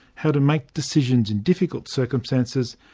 how to make decisions in difficult circumstances,